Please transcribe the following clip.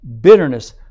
Bitterness